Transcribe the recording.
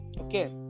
Okay